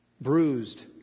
bruised